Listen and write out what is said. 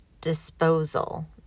disposal